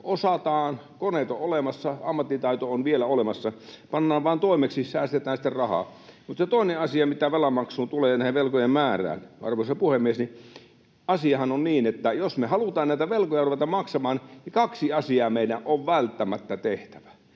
Osataan, koneet on olemassa, ammattitaito on vielä olemassa — pannaan vaan toimeksi ja säästetään sitten rahaa. Mutta se toinen asia, mitä velanmaksuun ja velkojen määrään tulee, arvoisa puhemies: asiahan on niin, että jos me halutaan näitä velkoja ruveta maksamaan, niin kaksi asiaa meidän on välttämättä tehtävä.